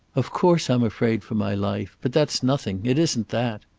of course i'm afraid for my life. but that's nothing. it isn't that.